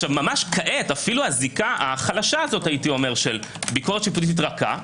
ממש כעת אפילו הזיקה החלשה הזו של ביקורת שפיטות רכה,